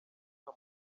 nta